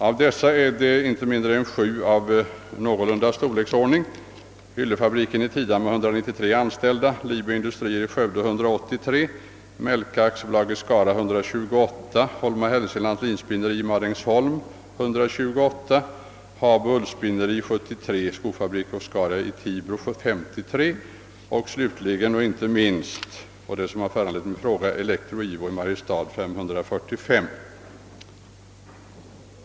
Av företagen är inte mindre än sju någorlunda stora, nämligen yllefabriken i Tidan med 193 anställda, Industri AB Libo i Skövde med 183, Melka i Skara med 128, Holma-Helsinglands Linspinneri i Madängsholm med 128, Habo Ullspinneri med 73, Skofabriks AB Oscaria i Tibro med 53 och slutligen och inte minst — och det som föranlett att min fråga ställts nu — Elektro IWO AB i Mariestad med 545.